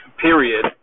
period